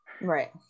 right